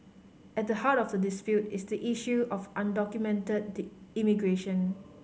at the heart of the dispute is the issue of undocumented the immigration